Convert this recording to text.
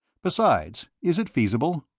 besides, is it feasible?